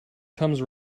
comes